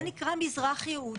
זה נקרא מזרח יהוד.